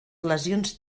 lesions